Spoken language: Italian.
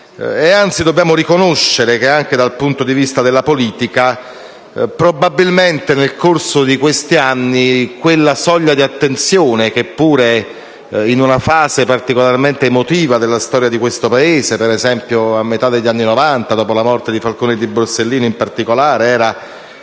anzi riconoscere che, anche dal punto di vista della politica, probabilmente nel corso di questi anni quella soglia di attenzione, che pure in una fase particolarmente emotiva della storia di questo Paese - per esempio, a metà degli anni Novanta, dopo la morte di Falcone e Borsellino in particolare - era